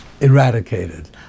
eradicated